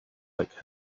like